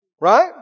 Right